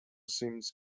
scenes